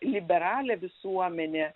liberalią visuomenę